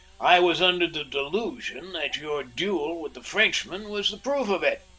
i was under the delusion that your duel with the frenchman was the proof of it.